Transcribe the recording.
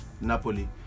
Napoli